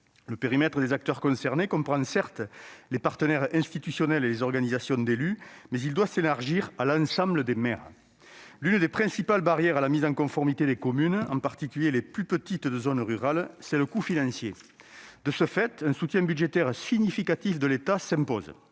Le périmètre des acteurs concernés comprend certes les partenaires institutionnels et les organisations d'élus, mais il doit s'élargir à l'ensemble des maires. L'une des principales barrières à la mise en conformité des communes, en particulier les plus petites d'entre elles dans les zones rurales, est son coût. C'est pourquoi un soutien budgétaire significatif de l'État s'impose.